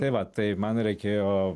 tai va tai man reikėjo